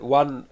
one